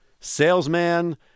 Salesman